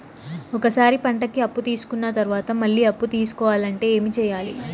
ఒక సారి పంటకి అప్పు తీసుకున్న తర్వాత మళ్ళీ అప్పు తీసుకోవాలంటే ఏమి చేయాలి?